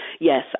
yes